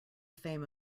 fame